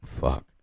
Fuck